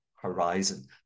horizon